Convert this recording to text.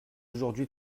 aujourd’hui